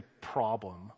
problem